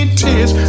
tears